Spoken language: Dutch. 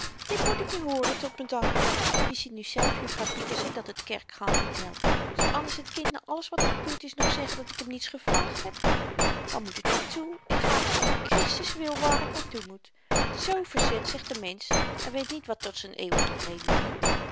dit moet ik nu hooren tot m'n dank je ziet nu zelf juffrouw pieterse dat het kerkgaan niet helpt zou anders t kind na alles wat er gebeurd is nog zeggen dat ik hem niets gevraagd heb waar moet het naar toe ik vraag je om kristis wil waar t naar toe moet z verzet zich de mensch en weet niet wat tot z'n eeuwigen vrede dient